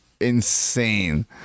insane